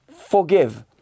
forgive